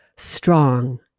strong